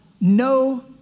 no